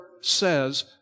says